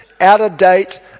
out-of-date